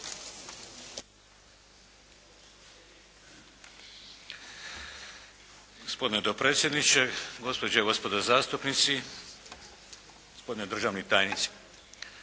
Gospodine potpredsjedniče, kolegice i kolege, gospodine državni tajniče.